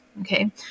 Okay